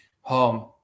home